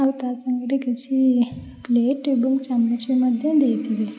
ଆଉ ତା' ସାଙ୍ଗରେ କିଛି ପ୍ଲେଟ୍ ଏବଂ ଚାମଚ୍ ମଧ୍ୟ ଦେଇଥିବେ